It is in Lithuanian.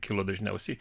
kilo dažniausiai